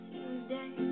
Tuesday